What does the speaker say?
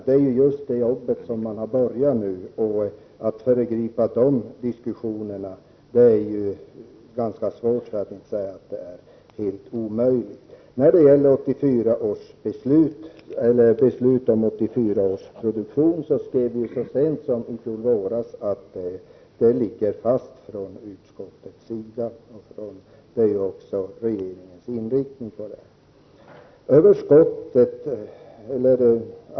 Det är just det jobbet som man har börjat, och att föregripa diskussionerna är ganska svårt, för att inte säga helt omöjligt. Så sent som i fjol vår skrev vi att beslutet om 1984 års produktion ligger fast från utskottets sida, och det är också regeringens inriktning.